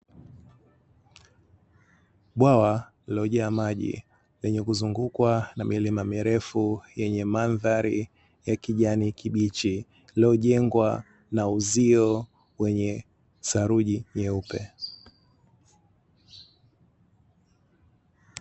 Bwawa lililojaa maji lenye kuzungukwa na milima mirefu yenye mandhari ya kijani kibichi lililojengwa na uzio wenye saruji nyeupe.